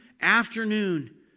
afternoon